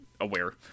aware